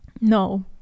No